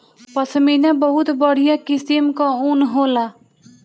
पश्मीना बहुत बढ़िया किसिम कअ ऊन होला